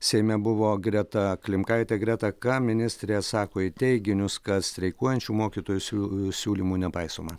seime buvo greta klimkaitė greta ką ministrė sako į teiginius kad streikuojančių mokytojų siū siūlymų nepaisoma